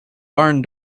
barn